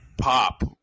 pop